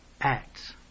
Acts